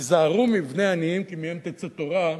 היזהרו מבני עניים כי מהם תצא תורה,